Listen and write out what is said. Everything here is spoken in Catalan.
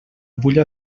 vull